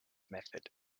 method